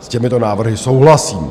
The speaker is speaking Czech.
S těmito návrhy souhlasím.